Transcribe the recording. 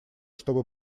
чтобы